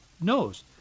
knows